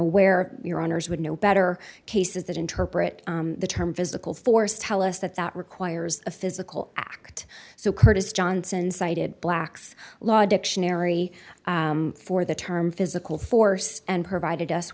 aware your owners would know better cases that interpret the term physical force tell us that that requires a physical act so curtis johnson cited black's law dictionary for the term physical force and provided us